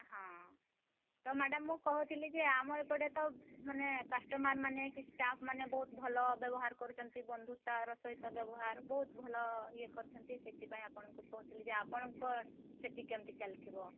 ହଁ ତ ମ୍ୟାଡ଼ାମ୍ ମୁଁ କହୁଥିଲି ଯେ ଆମ ଏପଟେ ତ ମାନେ କଷ୍ଟମର୍ମାନେ କି ଷ୍ଟାଫ୍ମାନେ ବହୁତ ଭଲ ବ୍ୟବହାର କରୁଛନ୍ତି ବନ୍ଧୁତାର ସହିତ ବ୍ୟବହାର ବହୁତ ଭଲ ଇଏ କରିଛନ୍ତି ସେଥିପାଇଁ ଆପଣଙ୍କୁ କହୁଥିଲି ଯେ ଆପଣଙ୍କର ସେଠି କେମିତି ଚାଲିଥିବ